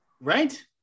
Right